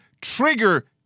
trigger